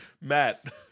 Matt